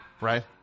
right